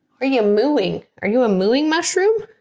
are you mooing? are you a mooing mushroom?